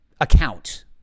account